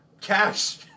Cash